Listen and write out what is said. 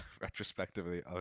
retrospectively